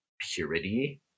purity